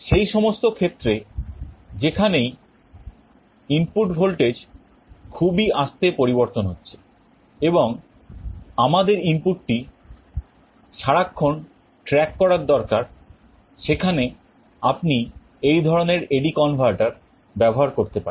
সেই সমস্ত ক্ষেত্রে যেখানেই ইনপুট ভল্টেজ খুবই আস্তে পরিবর্তন হচ্ছে এবং আমাদের ইনপুটটি সারাক্ষণ track করার দরকার সেখানে আপনি এই ধরনের AD converter ব্যবহার করতে পারেন